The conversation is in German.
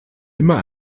immer